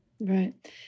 right